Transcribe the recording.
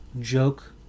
joke